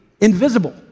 invisible